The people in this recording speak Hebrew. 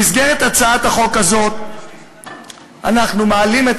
במסגרת הצעת החוק הזאת אנחנו מעלים את